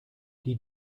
die